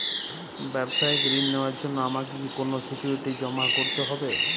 ব্যাবসায়িক ঋণ নেওয়ার জন্য আমাকে কি কোনো সিকিউরিটি জমা করতে হবে?